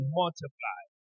multiply